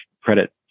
credit